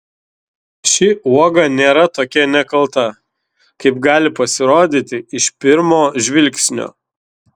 ši uoga nėra tokia nekalta kaip gali pasirodyti iš pirmo žvilgsnio